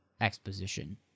exposition